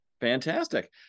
Fantastic